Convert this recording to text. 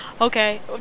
Okay